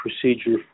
procedure